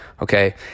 okay